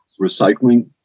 recycling